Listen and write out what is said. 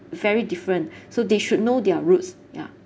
very different so they should know their roots ya